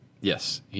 Yes